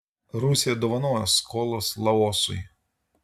rusija dovanojo skolas laosui